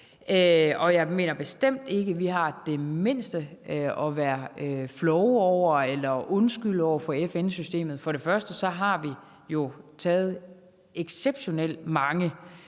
og jeg mener bestemt ikke, at vi har det mindste at være flove over eller undskylde over for FN-systemet. For det første har vi jo taget imod exceptionelt mange